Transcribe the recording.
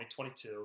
2022